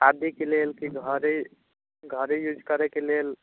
शादीके लेल की घरे घरे यूज करैके लेल